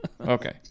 Okay